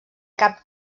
cap